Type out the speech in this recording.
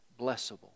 blessable